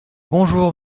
bonjour